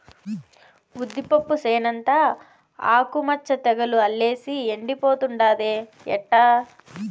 ఉద్దిపప్పు చేనంతా ఆకు మచ్చ తెగులు అల్లేసి ఎండిపోతుండాదే ఎట్టా